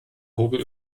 hobel